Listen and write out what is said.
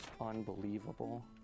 Unbelievable